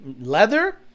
leather